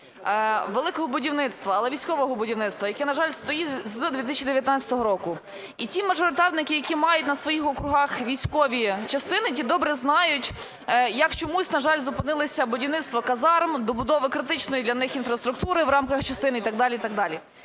"Великого будівництва", але військового будівництва, яке, на жаль, стоїть з 2019 року. І ті мажоритарники, які мають на своїх округах військові частини, ті добре знають, як чомусь, на жаль, зупинилося будівництво казарм, добудова критичної для них інфраструктури в рамках частини і так далі,